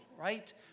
Right